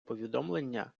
повідомлення